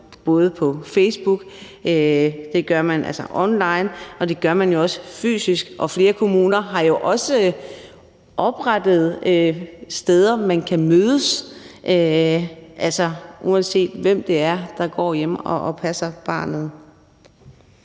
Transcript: man på Facebook, det gør man online, og det gør man også fysisk. Og flere kommuner har jo også oprettet steder, man kan mødes, uanset hvem det er, der går hjemme og passer barnet.